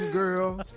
girls